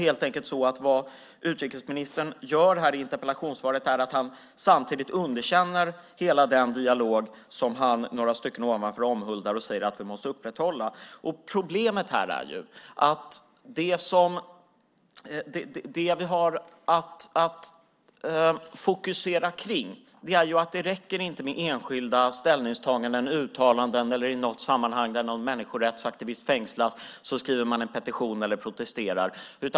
Det som utrikesministern helt enkelt gör i interpellationssvaret är att han samtidigt underkänner hela den dialog som han några stycken upp i svaret omhuldar och säger att vi måste upprätthålla. Problemet här är att det som vi har att fokusera på är att det inte räcker med enskilda ställningstaganden och uttalanden eller att i något sammanhang där någon människorättsaktivist fängslas skriva en petition eller protestera.